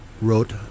wrote